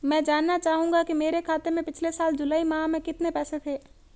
मैं जानना चाहूंगा कि मेरे खाते में पिछले साल जुलाई माह में कितने पैसे थे?